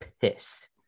pissed